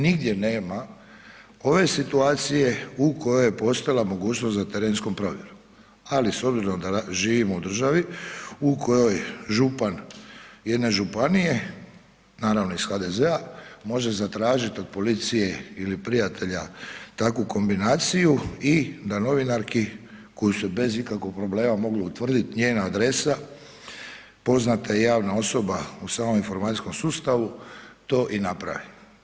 Nigdje nema ove situacije u kojoj je postojala mogućnost za terenskom provjerom, ali s obzirom da živimo u državi u kojoj župan jedne županije, naravno iz HDZ-a, može zatražiti od policije ili prijatelja takvu kombinaciju i da novinarki kojoj su bez ikakvog problema mogli utvrdit, njena adresa, poznata je javna osoba u samom informacijskom sustavu to i naprave.